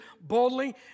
boldly